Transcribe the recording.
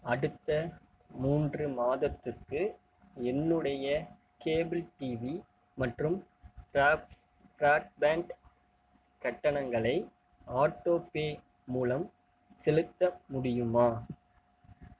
அடுத்த மூன்று மாதத்துக்கு என்னுடைய கேபிள் டிவி மற்றும் பிராட் பிராட்பேண்ட் கட்டணங்களை ஆட்டோபே மூலம் செலுத்த முடியுமா